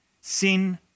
Sin